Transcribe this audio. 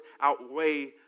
outweigh